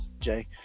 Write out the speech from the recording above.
Jay